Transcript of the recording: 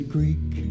Greek